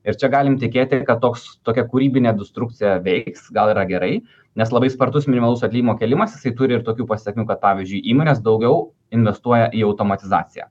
ir čia galim tikėti kad toks tokia kūrybinė destrukcija veiks gal yra gerai nes labai spartus minimalaus atlyginimo kėlimas jisai turi ir tokių pasekmių kad pavyzdžiui įmonės daugiau investuoja į automatizaciją